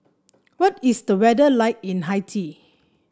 what is the weather like in Haiti